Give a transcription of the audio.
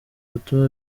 gutuma